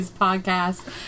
podcast